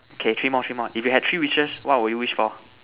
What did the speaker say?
okay three more three more if you had three wishes what would you wish for